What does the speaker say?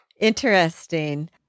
Interesting